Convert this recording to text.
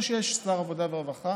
או שיש שר עבודה ורווחה